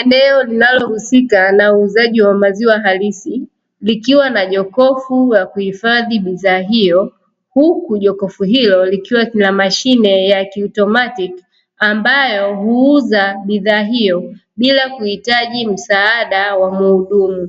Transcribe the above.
Eneo linalohusika na uuzaji wa maziwa halisi likiwa na jokofu ya kuhifadhi bidhaa hiyo, huku jokofu hilo likiwa na mashine ya kiutomatiki ambayo huuza bidhaa hiyo bila kuhitaji msaada wa muhudumu.